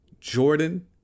Jordan